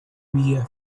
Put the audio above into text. vía